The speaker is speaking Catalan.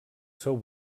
seu